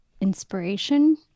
inspiration